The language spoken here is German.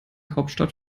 hauptstadt